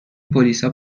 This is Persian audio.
پلیسا